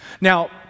Now